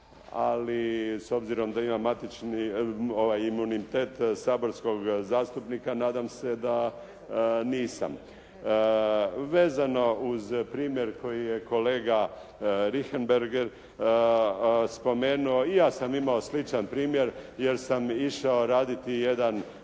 Ali s obzirom da imam matični, ovaj imunitet saborskog zastupnika nadam se da nisam. Vezano uz primjer koji je kolega Richermbergher spomenuo i ja sam imao sličan primjer, jer sam išao raditi jedan